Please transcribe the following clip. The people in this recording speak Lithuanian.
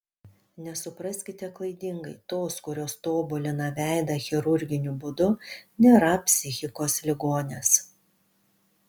nesupraskite klaidingai tos kurios tobulina veidą chirurginiu būdu nėra psichikos ligonės